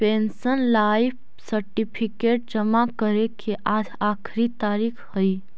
pensioner life certificate जमा करे के आज आखिरी तारीख हइ